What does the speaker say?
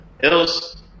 Hills